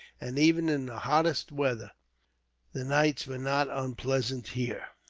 and even in the hottest weather the nights were not unpleasant here.